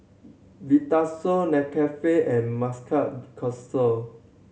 Vitasoy Nescafe and Marc